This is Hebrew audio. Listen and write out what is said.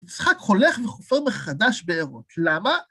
יצחק חולך וחופר מחדש בארות, למה?